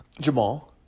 Jamal